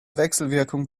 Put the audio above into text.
wechselwirkung